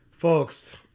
Folks